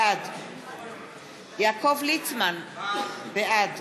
בעד יעקב ליצמן, בעד